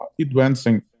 advancing